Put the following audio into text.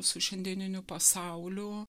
su šiandieniniu pasauliu